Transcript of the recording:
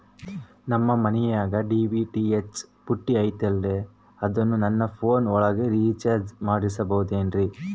ನಮ್ಮ ಮನಿಯಾಗಿನ TV DTH ಪುಟ್ಟಿ ಐತಲ್ರೇ ಅದನ್ನ ನನ್ನ ಪೋನ್ ಒಳಗ ರೇಚಾರ್ಜ ಮಾಡಸಿಬಹುದೇನ್ರಿ?